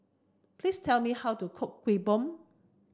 please tell me how to cook Kuih Bom